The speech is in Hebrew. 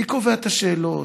מי קובע את השאלות?